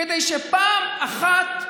כדי שפעם אחת,